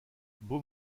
beau